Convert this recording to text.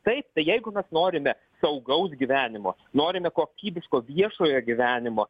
taip tai jeigu mes norime saugaus gyvenimo norime kokybiško viešojo gyvenimo